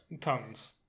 Tons